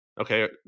okay